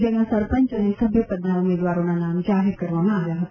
જેમાં સરપંચ અને સભ્યપદના ઉમેદવારોના નામ જાહેર કરવામાં આવ્યા હતા